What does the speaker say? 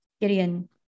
Gideon